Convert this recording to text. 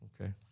Okay